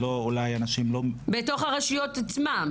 בתוך הרשויות עצמן,